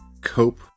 cope